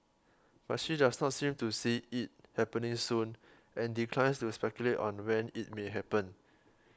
but she does not seem to see it happening soon and declines to speculate on when it may happen